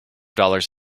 dollars